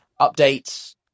updates